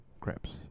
crabs